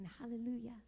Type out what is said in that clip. Hallelujah